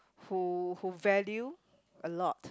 who who value a lot